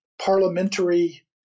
Parliamentary